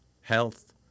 health